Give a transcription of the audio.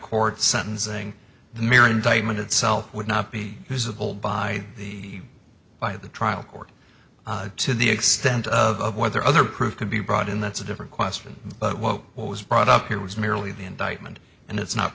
court sentencing the mere indictment itself would not be usable by the by the trial court to the extent of whether other proof could be brought in that's a different question but what was brought up here was merely the indictment and it's not